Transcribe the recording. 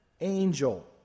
angel